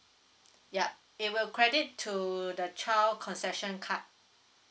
yeah it will credit to the child concession card